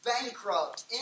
bankrupt